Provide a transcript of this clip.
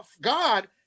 God